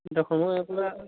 ଦେଖମ ଏଇ ପୁରା